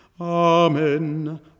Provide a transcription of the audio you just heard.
Amen